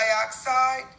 dioxide